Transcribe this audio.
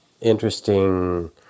interesting